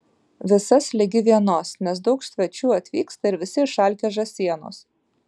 visas ligi vienos nes daug svečių atvyksta ir visi išalkę žąsienos